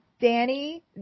Danny